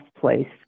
place